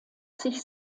sich